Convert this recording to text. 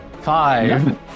Five